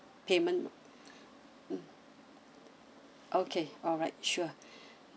payment okay alright sure